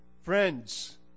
Friends